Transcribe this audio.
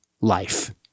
life